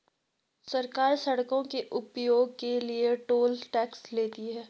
सरकार सड़कों के उपयोग के लिए टोल टैक्स लेती है